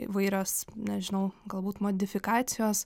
įvairios nežinau galbūt modifikacijos